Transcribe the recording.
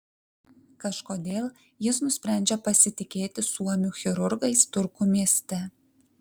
kažkodėl jis nusprendžia pasitikėti suomių chirurgais turku mieste